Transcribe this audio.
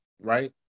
Right